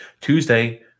Tuesday